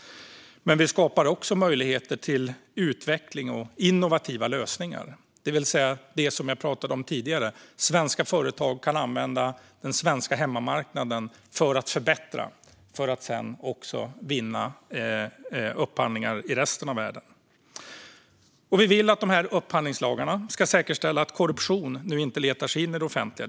Vi skapar också möjligheter för utveckling och innovativa lösningar, det vill säga det som jag talade om tidigare när jag sa att svenska företag kan använda den svenska hemmamarknaden för att bli bättre och sedan kunna vinna upphandlingar i resten av världen. Vi vill att upphandlingslagarna ska säkerställa att korruption inte letar sig in i det offentliga.